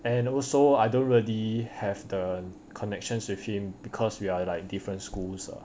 and also I don't really have the connections with him because we are like different schools lah